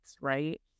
Right